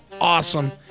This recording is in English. awesome